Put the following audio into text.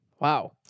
Wow